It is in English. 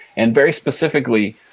and very specifically,